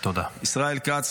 ישראל כץ,